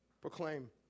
proclaim